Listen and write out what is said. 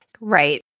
Right